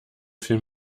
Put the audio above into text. für